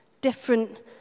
different